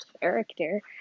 character